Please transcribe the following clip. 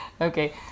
okay